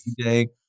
DJ